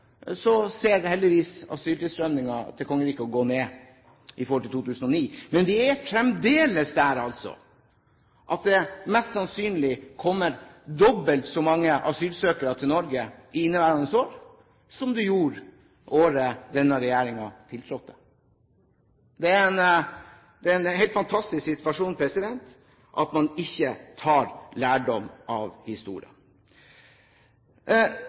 forhold til 2009, men vi er fremdeles der at det mest sannsynlig kommer dobbelt så mange asylsøkere til Norge i inneværende år som det gjorde det året denne regjeringen tiltrådte. Det er en helt fantastisk situasjon at man ikke tar lærdom av